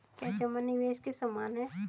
क्या जमा निवेश के समान है?